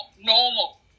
normal